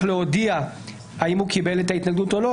להודיע האם הוא קיבל את ההתנגדות או לא,